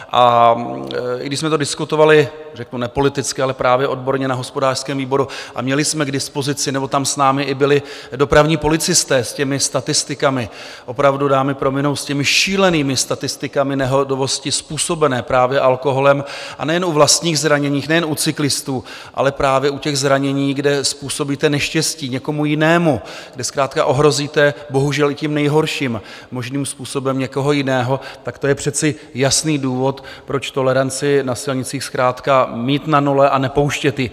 I když jsme to diskutovali řeknu nepoliticky, ale právě odborně na hospodářském výboru a měli jsme k dispozici, nebo tam s námi i byli dopravní policisté s těmi statistikami, opravdu, dámy prominou, s těmi šílenými statistikami nehodovosti způsobené právě alkoholem, a nejen u vlastních zranění, nejen u cyklistů, ale právě u zranění, kde způsobíte neštěstí někomu jinému, kdy zkrátka ohrozíte bohužel i tím nejhorším možným způsobem někoho jiného, tak to je přece jasný důvod, proč toleranci na silnicích zkrátka mít na nule a nepouštět ji.